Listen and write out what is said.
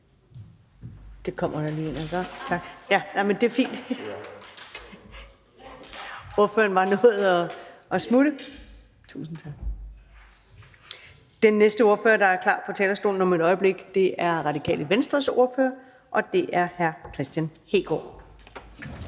Det kommer der lige en og gør. Ordføreren nåede lige at smutte. Den næste ordfører, der står klar på talerstolen om et øjeblik, er Radikale Venstres ordfører, og det er hr. Kristian Hegaard.